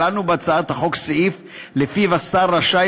כללנו בהצעת החוק סעיף שלפיו השר רשאי